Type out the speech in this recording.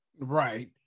right